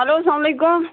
hello سلام علیکم